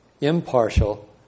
impartial